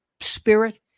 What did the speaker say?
spirit